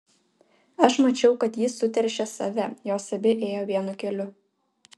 aš mačiau kad ji suteršė save jos abi ėjo vienu keliu